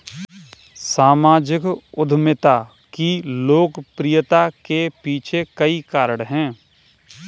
सामाजिक उद्यमिता की लोकप्रियता के पीछे कई कारण है